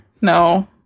No